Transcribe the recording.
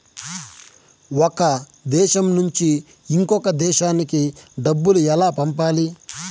ఒక దేశం నుంచి ఇంకొక దేశానికి డబ్బులు ఎలా పంపాలి?